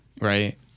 right